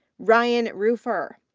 ryan rueffer.